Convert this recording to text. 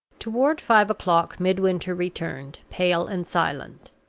toward five o'clock, midwinter returned, pale and silent.